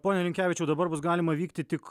pone linkevičiau dabar bus galima vykti tik